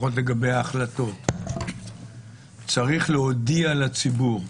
לפחות לגבי ההחלטות, צריך להודיע לציבור,